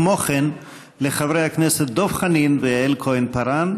וכמו כן לחברי הכנסת דב חנין ויעל כהן-פארן.